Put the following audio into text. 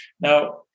Now